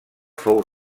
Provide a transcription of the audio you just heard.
fou